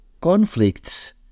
conflicts